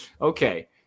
okay